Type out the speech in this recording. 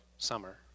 summer